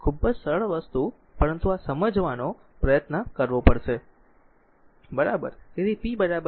ખૂબ જ સરળ વસ્તુ પરંતુ આ સમજવાનો પ્રયત્ન કરવો પડશે બરાબર